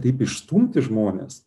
taip išstumti žmones